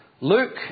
Luke